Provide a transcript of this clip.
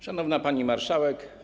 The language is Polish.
Szanowna Pani Marszałek!